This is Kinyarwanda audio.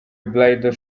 bridal